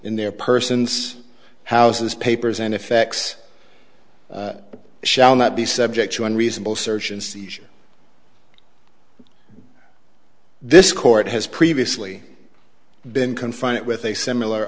in their persons houses papers and effects shall not be subject to unreasonable search and seizure this court has previously been confined it with a similar